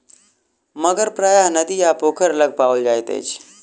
मगर प्रायः नदी आ पोखैर लग पाओल जाइत अछि